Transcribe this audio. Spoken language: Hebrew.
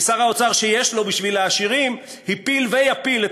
כי שר האוצר שיש לו בשביל העשירים הפיל ויפיל את